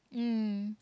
mm